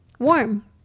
warm